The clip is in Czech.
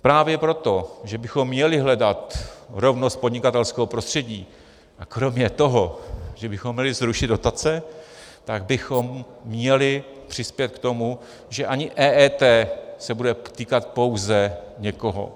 Právě proto, že bychom měli hledat rovnost podnikatelského prostředí, a kromě toho, že bychom měli zrušit dotace, tak bychom měli přispět k tomu, že ani EET se bude týkat pouze někoho.